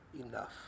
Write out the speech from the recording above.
enough